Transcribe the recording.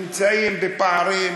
נמצאים בפערים,